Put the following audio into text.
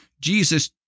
Jesus